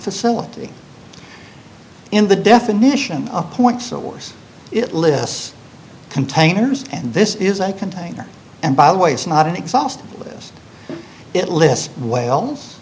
facility in the definition a point source it lists containers and this is a container and by the way it's not an exhaustive list it lists whales